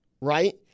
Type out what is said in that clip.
right